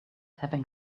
having